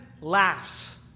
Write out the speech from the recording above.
laughs